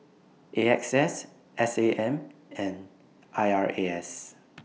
A X S S A M and I R A S